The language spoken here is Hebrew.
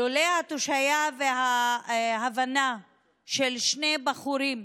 לולא התושייה וההבנה של שני בחורים